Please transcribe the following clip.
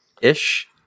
ish